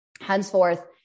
Henceforth